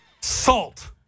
Salt